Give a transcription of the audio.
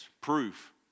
proof